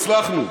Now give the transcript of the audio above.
הצלחנו.